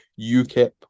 ukip